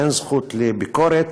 אין זכות לביקורת,